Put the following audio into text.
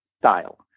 style